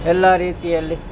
ಎಲ್ಲ ರೀತಿಯಲ್ಲಿ